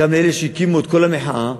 גם לאלה שהקימו את קול המחאה,